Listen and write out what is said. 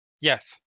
yes